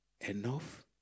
Enough